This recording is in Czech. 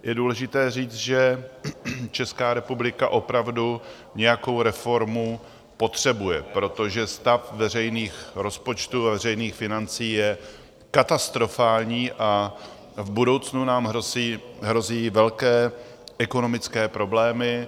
Je důležité říct, že Česká republika opravdu nějakou reformu potřebuje, protože stav veřejných rozpočtů a veřejných financí je katastrofální a v budoucnu nám hrozí velké ekonomické problémy.